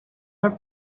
her